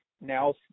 now